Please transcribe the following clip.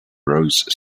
rose